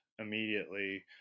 immediately